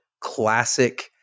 classic